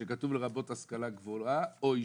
שכתוב: לרבות השכלה או ישיבה.